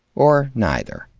or neither.